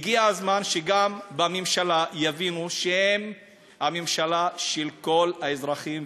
הגיע הזמן שגם בממשלה יבינו שהם הממשלה של כל האזרחים,